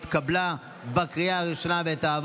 לוועדה שתקבע